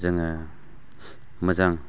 जोङो मोजां